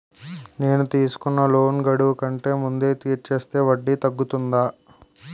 నేను తీసుకున్న లోన్ గడువు కంటే ముందే తీర్చేస్తే వడ్డీ తగ్గుతుందా?